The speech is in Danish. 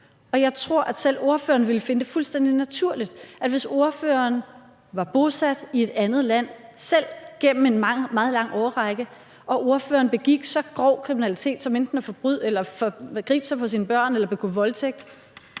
Jeg tror, at selv ordføreren ville finde det fuldstændig naturligt og rimeligt, at man, hvis ordføreren var bosat i et andet land selv gennem en meget lang årrække og ordføreren begik så grov kriminalitet som enten at forgribe sig på sine børn eller at begå voldtægt,